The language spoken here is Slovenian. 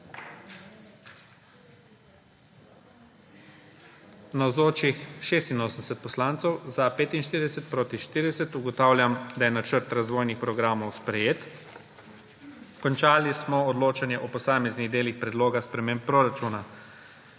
40. (Za je glasovalo 45.) (Proti 40.) Ugotavljam, da je Načrt razvojnih programov sprejet. Končali smo odločanje o posameznih delih predloga sprememb proračuna.